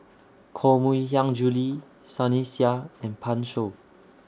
Koh Mui Hiang Julie Sunny Sia and Pan Shou